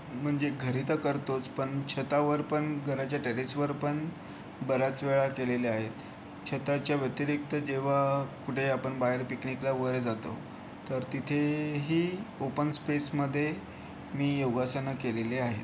म्हणजे घरी तर करतोच पण छतावर पण घराच्या टेरेसवर पण बऱ्याच वेळा केलेले आहेत छताच्या व्यतिरिक्त जेव्हा कुठे आपण बाहेर पिकनिकला वगैरे जातो तर तिथेही ओपन स्पेसमध्ये मी योगासनं केलेली आहेत